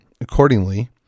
Accordingly